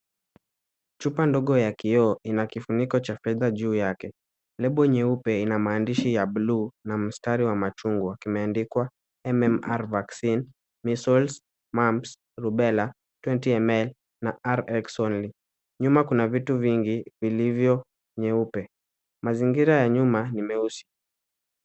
Chupa ndogo ya kioo ina kifuniko cha fedha juu yake, lebo nyeupe ina maandishi ya buluu na mstari wa machungwa. Imeandikwa M-M-R vaccine measles, mumps, rubela 20ml na rRx only . Nyuma kuna vitu vingi vilivyo vyeupe. Mazingira ya nyuma ni meusi.